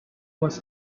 was